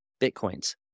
Bitcoins